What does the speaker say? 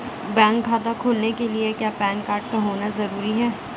Bank खाता खोलने के लिए क्या पैन कार्ड का होना ज़रूरी है?